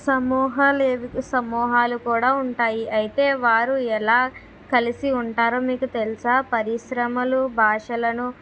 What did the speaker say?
సమూహ లేవి సమూహాలు కూడా ఉంటాయి అయితే వారు ఎలా కలిసి ఉంటారో మీకు తెలుసా పరిశ్రమలు భాషలను